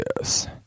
Yes